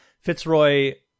Fitzroy